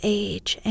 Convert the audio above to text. age